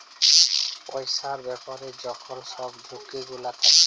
পইসার ব্যাপারে যখল ছব ঝুঁকি গুলা থ্যাকে